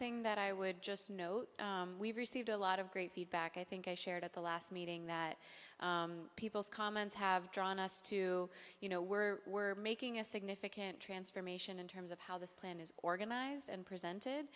thing that i would just note we've received a lot of great feedback i think i shared at the last meeting that people's comments have drawn us to you know were were making a significant transformation in terms of how this plan is organized and presented